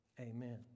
Amen